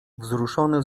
wzruszony